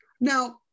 now